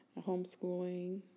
Homeschooling